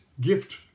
gift